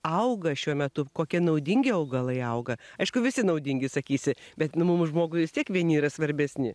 auga šiuo metu kokie naudingi augalai auga aišku visi naudingi sakysi bet nu mum žmogui vis tiek vieni yra svarbesni